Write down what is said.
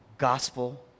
gospel